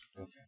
Okay